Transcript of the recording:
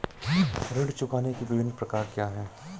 ऋण चुकाने के विभिन्न प्रकार क्या हैं?